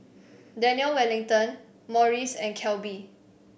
Daniel Wellington Morries and Calbee